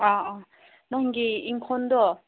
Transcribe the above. ꯑꯥ ꯑꯥ ꯅꯪꯒꯤ ꯏꯪꯈꯣꯜꯗꯣ